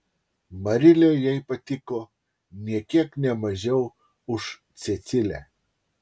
marilė jai patiko nė kiek ne mažiau už cecilę